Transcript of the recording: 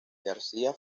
garcía